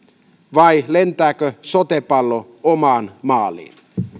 vai lentääkö sote pallo omaan maaliin